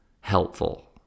helpful